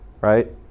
right